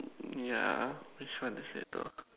mm yeah which one is that though